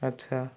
ଆଚ୍ଛା